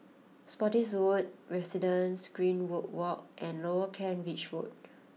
Spottiswoode Residences Greenwood Walk and Lower Kent Ridge Road